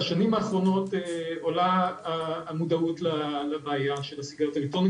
בשנים האחרונות עולה המודעות לבעיה של הסיגריות אלקטרוניות,